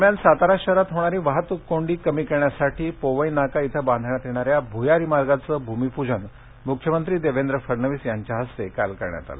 दरम्यान सातारा शहरात होणारी वाहतूक कोंडी कमी करण्यासाठी पोवई नाका इथं बांधण्यात येणाऱ्या भुयारी मार्गाचं भूमिपूजन मुख्यमंत्री देवेंद्र फडणवीस यांच्या हस्ते काल करण्यात आलं